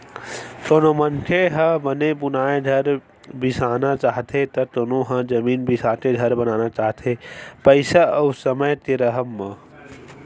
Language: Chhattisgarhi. कोनो मनखे ह बने बुनाए घर बिसाना चाहथे त कोनो ह जमीन बिसाके घर बनाना चाहथे पइसा अउ समे के राहब म